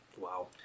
Wow